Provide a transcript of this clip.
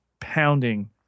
pounding